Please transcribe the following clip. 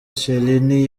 chiellini